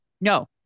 No